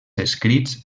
escrits